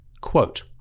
Quote